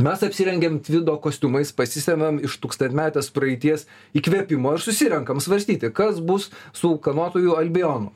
mes apsirengiam tvido kostiumais pasisemiam iš tūkstantmetės praeities įkvėpimo ir susirenkam svarstyti kas bus su ūkanotuoju albionu